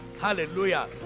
Hallelujah